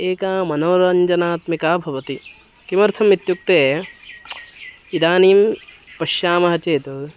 एका मनोरञ्जनात्मिका भवति किमर्थम् इत्युक्ते इदानीं पश्यामः चेत्